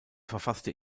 verfasste